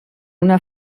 una